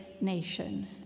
nation